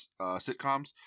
sitcoms